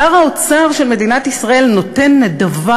שר האוצר של מדינת ישראל נותן נדבה,